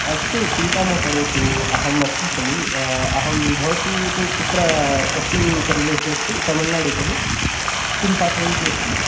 अस्तु चिन्ता मा करोतु अहमस्मि खलु अहं भवती तु कुत्र कस्मिन् प्रदेशे अस्ति तमिळुनाडु खलु किं पाठयन्ति अस्ति